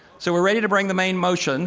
so we're ready to bring the main motion